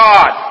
God